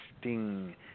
sting